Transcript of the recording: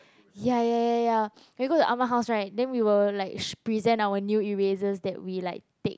ya ya ya ya ya when we go to Ah-Ma house right then we will like present our new eraser that we like take